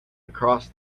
across